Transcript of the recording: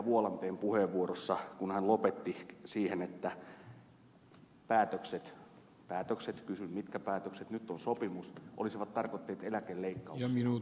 vuolanteen puheenvuorossa kun hän lopetti siihen että päätökset päätökset kysyn mitkä päätökset nyt on sopimus olisivat tarkoittaneet eläkeleikkauksia ed